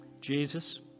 Jesus